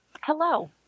Hello